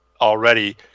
already